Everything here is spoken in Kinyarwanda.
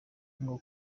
ngo